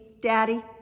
Daddy